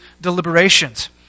deliberations